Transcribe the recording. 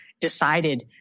decided